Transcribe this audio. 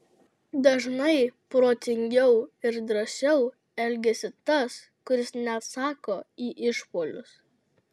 dažnai protingiau ir drąsiau elgiasi tas kuris neatsako į išpuolius